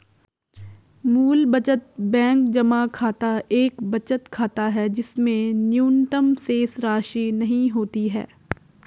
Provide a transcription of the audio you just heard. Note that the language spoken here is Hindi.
मूल बचत बैंक जमा खाता एक बचत खाता है जिसमें न्यूनतम शेषराशि नहीं होती है